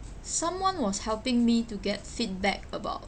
someone was helping me to get feedback about